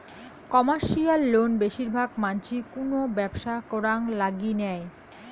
commercial loan বেশির ভাগ মানসি কুনো ব্যবসা করাং লাগি নেয়